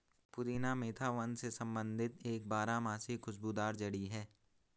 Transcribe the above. पुदीना मेंथा वंश से संबंधित एक बारहमासी खुशबूदार जड़ी है